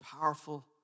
powerful